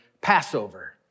Passover